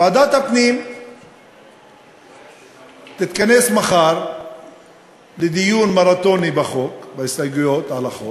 ועדת הפנים תתכנס מחר לדיון מרתוני בהסתייגויות על החוק,